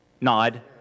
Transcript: Nod